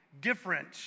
different